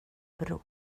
bror